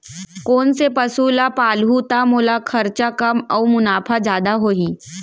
कोन से पसु ला पालहूँ त मोला खरचा कम अऊ मुनाफा जादा होही?